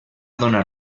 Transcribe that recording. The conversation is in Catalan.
donar